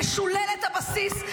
משוללת הבסיס.